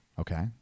okay